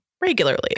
regularly